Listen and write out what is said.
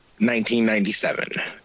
1997